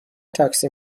تاکسی